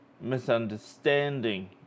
misunderstanding